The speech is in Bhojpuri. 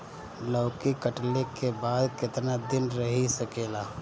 लौकी कटले के बाद केतना दिन रही सकेला?